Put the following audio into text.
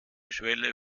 schwelle